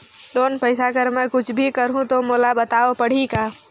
Loan पइसा कर मै कुछ भी करहु तो मोला बताव पड़ही का?